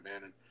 man